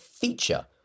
feature